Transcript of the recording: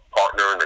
partner